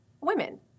women